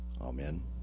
Amen